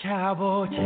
Cowboy